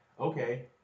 okay